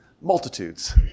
multitudes